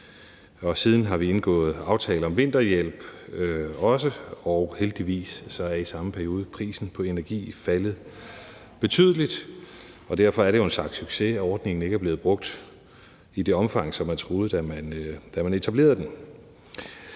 Siden har vi også indgået en aftale om vinterhjælp, og heldigvis er prisen på energi i samme periode faldet betydeligt. Derfor er det jo en slags succes, at ordningen ikke er blevet brugt i det omfang, man troede, da man etablerede den.